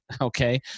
Okay